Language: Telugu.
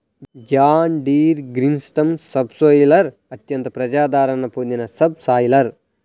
జాన్ డీర్ గ్రీన్సిస్టమ్ సబ్సోయిలర్ అత్యంత ప్రజాదరణ పొందిన సబ్ సాయిలర్